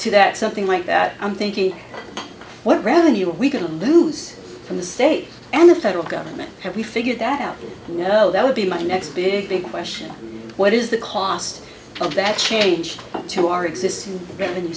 to that something like that i'm thinking what revenue are we going to lose from the state and the federal government have we figured that out you know that would be my next big big question what is the cost of that change to our existing revenue